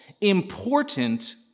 important